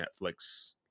Netflix